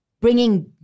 Bringing